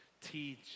teach